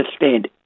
understand